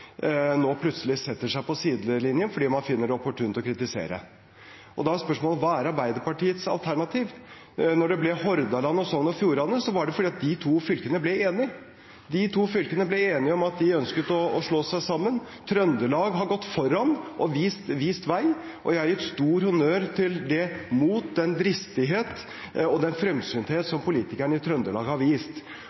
nå plutselig setter seg på sidelinjen fordi man finner det opportunt å kritisere. Da er spørsmålet: Hva er Arbeiderpartiets alternativ? Når det ble Hordaland og Sogn og Fjordane, var det fordi de to fylkene ble enige. De to fylkene ble enige om at de ønsket å slå seg sammen. Trøndelag har gått foran og vist vei, og jeg har gitt stor honnør til det mot, den dristighet og den fremsynthet som politikerne i Trøndelag har vist.